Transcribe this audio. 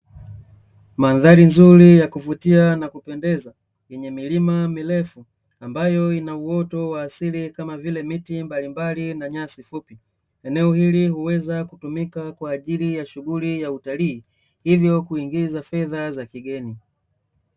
Mandhari nzuri ya kuvutia na kupendeza yenye milima mirefu ambayo ina uoto wa asili kama vile miti mbalimbali na nyasi fupi. Eneo hili huweza kutumika kwa ajili ya shughuli ya utalii hivyo kuingiza fedha za kigeni.